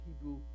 Hebrew